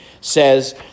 says